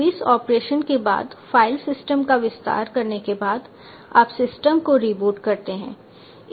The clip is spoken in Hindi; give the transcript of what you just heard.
तो इस ऑपरेशन के बाद फाइल सिस्टम का विस्तार करने के बाद आप सिस्टम को रिबूट करते हैं